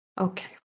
Okay